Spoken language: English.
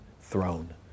throne